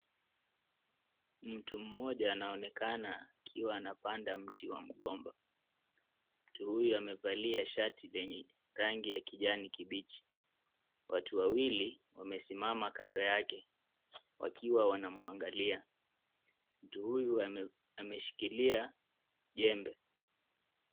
Mtu mmoja anaonekana akiwa anapanda mti wa mgomba. Mtu huyu amevalia shati lenye rangi ya kijani kibichi. Watu wawili wamesimama kando yake wakiwa wanawmangalia. Mtu huyu ameshikilia jembe.